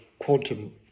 Quantum